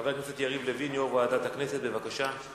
חבר הכנסת יריב לוין, יושב-ראש ועדת הכנסת, בבקשה.